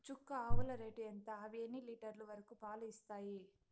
చుక్క ఆవుల రేటు ఎంత? అవి ఎన్ని లీటర్లు వరకు పాలు ఇస్తాయి?